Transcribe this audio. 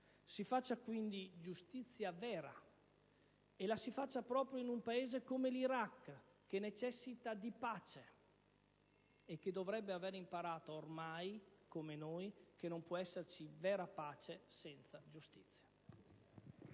Si faccia quindi giustizia vera e la si faccia proprio in un Paese come l'Iraq, che necessita di pace e che dovrebbe aver imparato ormai, come noi, che non può esserci vera pace senza giustizia.